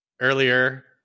earlier